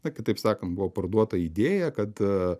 na kitaip sakant buvo parduota idėja kad